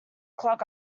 clog